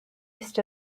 east